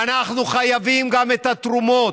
אנחנו חייבים גם את התרומות,